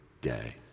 day